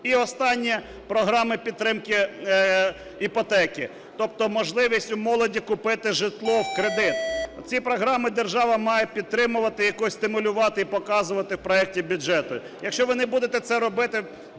І останнє – програма підтримки іпотеки. Тобто можливість у молоді купити житло в кредит. Ці програми держава має підтримувати і якось стимулювати і показувати в проекті бюджету. Якщо ви не будете це робити,